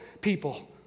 people